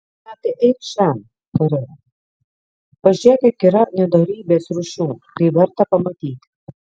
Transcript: na tai eikš šen tariau pažiūrėk kiek yra nedorybės rūšių tai verta pamatyti